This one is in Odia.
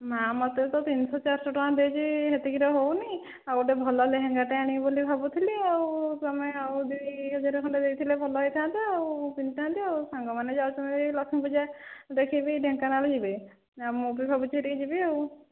ମା ମୋତେ ତ ତିନିଶହ ଚାରିଶହ ଟଙ୍କା ଦେଇଛି ସେତିକିରେ ହେଉନାହିଁ ଆଉ ଗୋଟିଏ ଭଲ ଲେହେଙ୍ଗାଟେ ଆଣିବି ବୋଲି ଭାବୁଥିଲି ଆଉ ତୁମେ ଆଉ ଦୁଇ ହଜାର ଖଣ୍ଡେ ଦେଇଥିଲେ ଭଲ ହୋଇଥାନ୍ତା ଆଉ ପିନ୍ଧିଥାନ୍ତି ଆଉ ସାଙ୍ଗମାନେ ଯାଉଛନ୍ତି ଲକ୍ଷ୍ମୀପୂଜା ଦେଖିବା ପାଇଁ ଢେଙ୍କାନାଳ ଯିବେ ଆଉ ମୁଁ ବି ଭାବୁଛି ଟିକେ ଯିବି ଆଉ